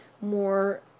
more